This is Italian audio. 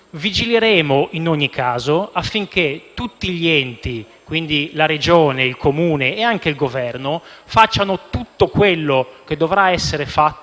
Vigileremo in ogni caso affinché tutti gli enti - quindi Regione, Comune e anche il Governo - facciano tutto quello che deve essere fatto